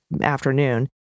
afternoon